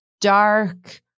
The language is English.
dark